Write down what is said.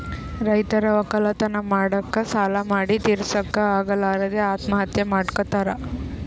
ರೈತರ್ ವಕ್ಕಲತನ್ ಮಾಡಕ್ಕ್ ಸಾಲಾ ಮಾಡಿ ತಿರಸಕ್ಕ್ ಆಗಲಾರದೆ ಆತ್ಮಹತ್ಯಾ ಮಾಡ್ಕೊತಾರ್